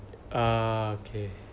ah okay